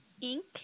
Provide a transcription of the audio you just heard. ink